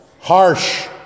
harsh